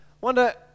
wonder